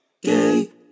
gay